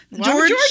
George